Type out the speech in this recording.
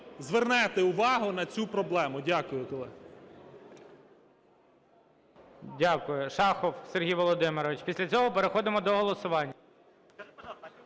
звернете увагу на цю проблему. Дякую. ГОЛОВУЮЧИЙ. Дякую. Шахов Сергій Володимирович. Після цього переходимо до голосування.